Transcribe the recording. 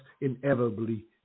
inevitably